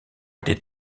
était